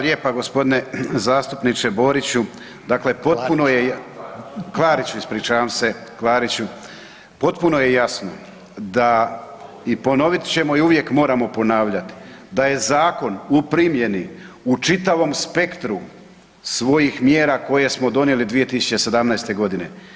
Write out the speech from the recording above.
Hvala lijepa gospodine zastupniče Boriću [[Upadica Reiner: Klarić.]] Dakle potpuno je, Klariću ispričavam se, Klariću potpuno je jasno da i ponovit ćemo i uvijek moramo ponavljati da je zakon u primjeni u čitavom spektru svojih mjera koje smo donijeli 2017. godine.